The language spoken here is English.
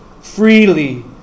freely